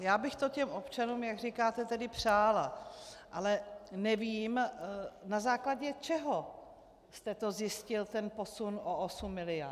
Já bych to těm občanům, jak říkáte, tedy přála, ale nevím, na základě čeho jste to zjistil, ten posun o 8 miliard.